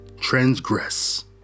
transgress